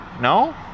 No